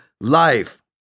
life